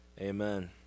Amen